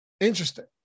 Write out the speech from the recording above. Interesting